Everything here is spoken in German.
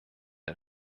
ein